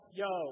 yo